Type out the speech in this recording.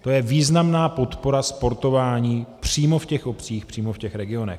To je významná podpora sportování přímo v těch obcích, přímo v těch regionech.